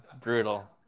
Brutal